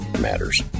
matters